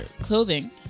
clothing